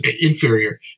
inferior